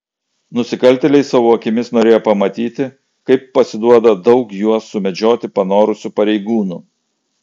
nusikaltėliai savo akimis norėjo pamatyti kaip pasiduoda daug juos sumedžioti panorusių pareigūnų